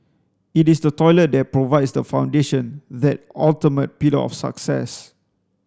it is the toilet that provides the foundation that ultimate pillar of success